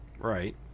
right